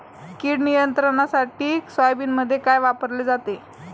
कीड नियंत्रणासाठी सोयाबीनमध्ये काय वापरले जाते?